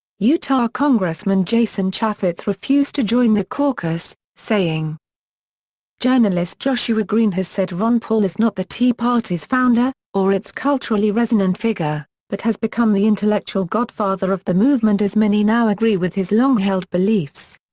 utah congressman jason chaffetz refused to join the caucus, saying journalist joshua green has said ron paul is not the tea party's founder, or its culturally resonant figure, but has become the intellectual godfather of the movement as many now agree with his long-held beliefs.